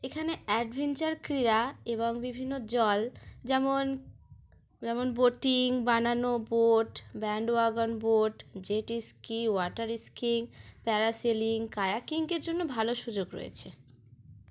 এখানে অ্যাডভেঞ্চার ক্রীড়া এবং বিভিন্ন জল যেমন যেমন বোটিং বানানো boat bandwagon boat jet ski water skiing parasailing কায়াকিঙ্কের জন্য ভালো সুযোগ রয়েছে